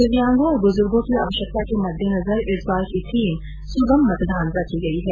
दिव्यांगों और बुजुर्गो की आवश्यकता के मद्देनजर इस बार की थीम सुगम मतदान रखी गई है